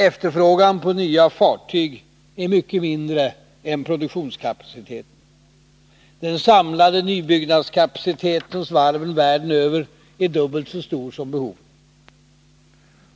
Efterfrågan på nya fartyg är mycket mindre än produktionskapaciteten. Den samlade nybyggnadskapaciteten hos varven världen över är dubbelt så stor som behoven.